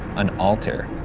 an alter,